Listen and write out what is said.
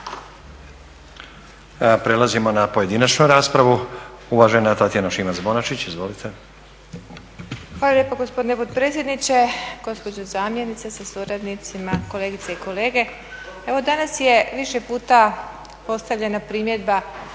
Prelazimo na pojedinačnu raspravu. Uvažena Tatjana Šimac-Bonačić, izvolite. **Šimac Bonačić, Tatjana (SDP)** Hvala lijepo gospodine potpredsjedniče, gospođo zamjenice sa suradnicima, kolegice i kolege. Evo danas je više puta postavljana primjedba